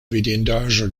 vidindaĵo